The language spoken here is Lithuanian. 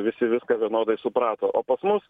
visi viską vienodai suprato o pas mus